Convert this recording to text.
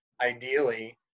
ideally